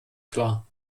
klar